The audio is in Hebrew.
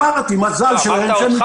אמרת: המזל שלהם שיש להם אותך.